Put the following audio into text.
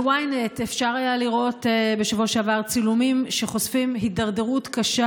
ב-ynet אפשר היה לראות בשבוע שעבר צילומים שחושפים הידרדרות קשה